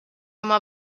oma